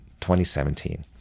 2017